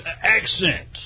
accent